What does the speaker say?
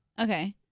Okay